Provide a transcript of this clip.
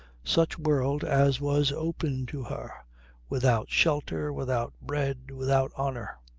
such world as was open to her without shelter, without bread, without honour.